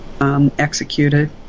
executed